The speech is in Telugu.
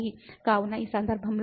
కాబట్టి ఈ సందర్భంలో ఈ Δx y